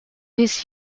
his